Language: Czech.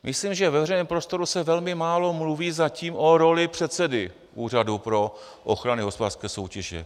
Myslím, že ve veřejném prostoru se velmi málo mluví zatím o roli předsedy Úřadu pro ochranu hospodářské soutěže.